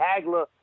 Hagler